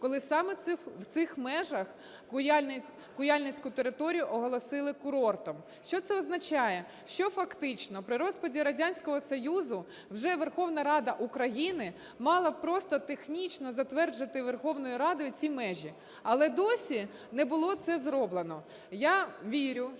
коли саме в цих межах Куяльницьку територію оголосили курортом. Що це означає? Що фактично при розпаді Радянського Союзу вже Верховна Рада України мала б просто технічно затвердити Верховною Радою ці межі. Але досі не було це зроблено. Я вірю, що